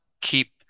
keep